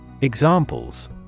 Examples